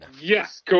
Yes